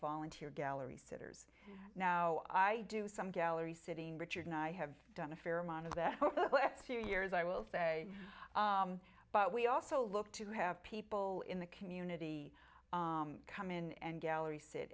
volunteer gallery sitters now i do some gallery sitting richard and i have done a fair amount of that for years i will say but we also look to have people in the community come in and gallery sit